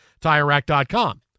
TireRack.com